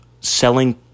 selling